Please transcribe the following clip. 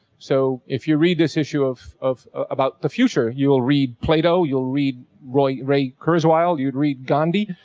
so if you read this issue of, of, about the future, you will read plato, you'll read roy, ray kurzweil, you'd read gandhi,